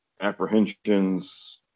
apprehensions